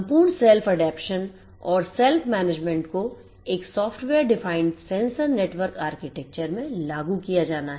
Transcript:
संपूर्णself adaptation और Self management को एक सॉफ्टवेयर परिभाषित सेंसर नेटवर्क आर्किटेक्चर में लागू किया जाना है